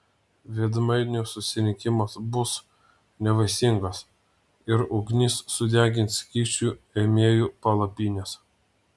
veidmainių susirinkimas bus nevaisingas ir ugnis sudegins kyšių ėmėjų palapines